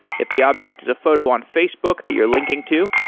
if the object is a photo on facebook that you're linking to,